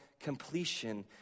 completion